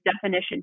definition